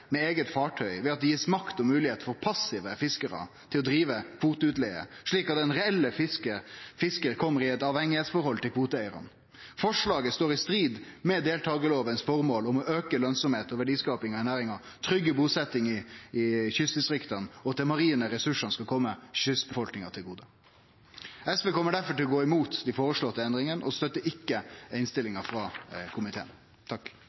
med eige fartøy, ved at det blir gjeve makt og høve til passive fiskarar til å drive kvoteutleige, slik at den reelle fiskaren kjem i eit avhengigheitsforhold til kvoteeigarane. Forslaget står i strid med føremålet i deltakarlova om å auke lønsemda og verdiskapinga i næringa og tryggje busetnad i kystdistrikta og at dei marine ressursane skal kome kystbefolkninga til gode. SV kjem difor til å gå imot dei føreslåtte endringane og støttar ikkje innstillinga frå komiteen.